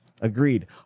Agreed